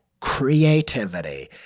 creativity –